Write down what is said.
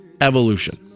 evolution